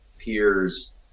peers